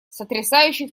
сотрясающих